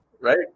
Right